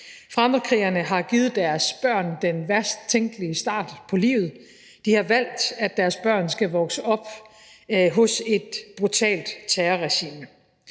Fremmedkrigerne har givet deres børn den værst tænkelige start på livet, de har valgt, at deres børn skal vokse op hos et brutalt terrorregime.